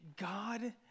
God